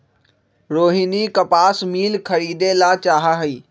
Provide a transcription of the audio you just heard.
रोहिनी कपास मिल खरीदे ला चाहा हई